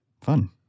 Fun